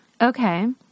Okay